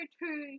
two